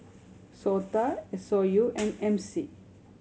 SOTA S O U and M C